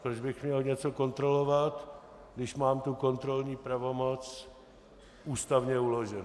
Proč bych měl něco kontrolovat, když mám tu kontrolní pravomoc ústavně uloženou?